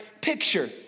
picture